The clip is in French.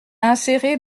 insérer